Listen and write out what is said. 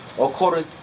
according